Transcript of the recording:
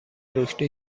بروکلی